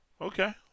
Okay